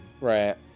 Right